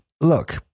Look